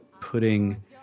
putting